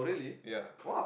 ya